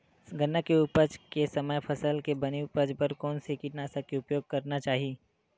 गन्ना के उपज के समय फसल के बने उपज बर कोन से कीटनाशक के उपयोग करना चाहि?